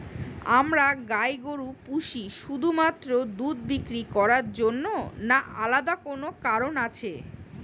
আমরা গাই গরু পুষি শুধুমাত্র দুধ বিক্রি করার জন্য না আলাদা কোনো কারণ আছে?